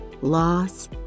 loss